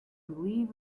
believe